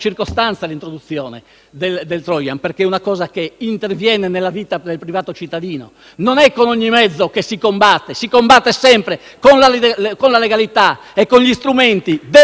introduzione, perché è una cosa che interviene nella vita del privato cittadino. Non è con ogni mezzo che si combatte: si combatte sempre con la legalità e con gli strumenti democratici che il sistema